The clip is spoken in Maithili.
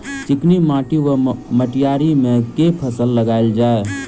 चिकनी माटि वा मटीयारी मे केँ फसल लगाएल जाए?